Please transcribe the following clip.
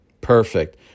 Perfect